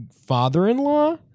father-in-law